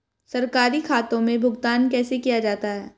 सरकारी खातों में भुगतान कैसे किया जाता है?